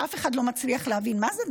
שאף אחד לא מצליח להבין מה זה,